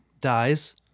dies